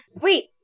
Wait